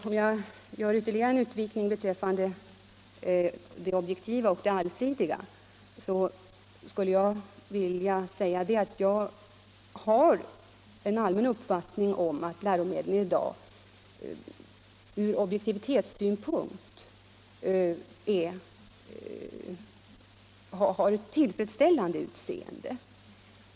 Om jag gör ytterligare en utvikning beträffande det objektiva och det allsidiga, skulle jag vilja säga att jag har den allmänna uppfattningen att läromedlen i dag ur objektivitetssynpunkt har ett tillfredsställande utseende.